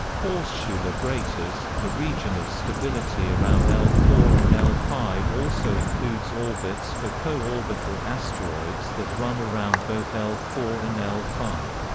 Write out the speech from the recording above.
horseshoe librators the region of stability around l four and l five also includes orbits for co-orbital asteroids that run around both l four and l five.